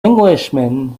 englishman